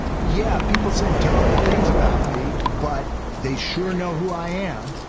yeah, people said terrible things about me, but they sure know who i am.